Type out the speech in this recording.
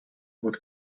with